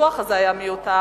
הוויכוח הזה היה מיותר